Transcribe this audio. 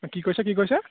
কি কৈছে কি কৈছে